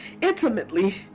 intimately